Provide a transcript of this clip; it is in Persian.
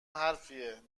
حرفیه